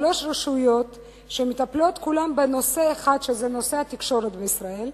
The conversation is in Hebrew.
שלוש רשויות שמטפלות כולן בנושא אחד שהוא התקשורת בישראל,